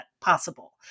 possible